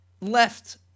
left